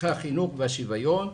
החינוך והשוויון,